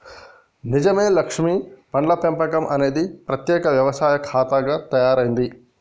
నిజమే లక్ష్మీ పండ్ల పెంపకం అనేది ప్రత్యేక వ్యవసాయ శాఖగా తయారైంది